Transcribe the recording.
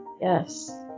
Yes